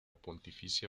pontificia